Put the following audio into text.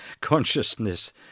consciousness